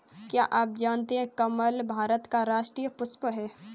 क्या आप जानते है कमल भारत का राष्ट्रीय पुष्प है?